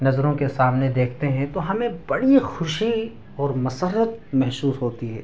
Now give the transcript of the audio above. نظروں کے سامنے دیکھتے ہیں تو ہمیں بڑی خوشی اور مسرت محسوس ہوتی ہے